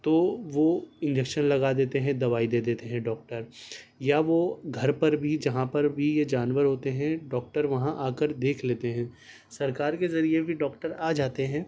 تو وہ انجیکشن لگا دیتے ہیں دوائی دے دیتے ہیں ڈاکٹر یا وہ گھر پر بھی جہاں پر بھی یہ جانور ہوتے ہیں ڈاکٹر وہاں آ کر دیکھ لیتے ہیں سرکار کے ذریعے بھی ڈاکٹر آ جاتے ہیں